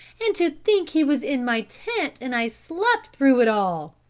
and to think he was in my tent and i slept through it all.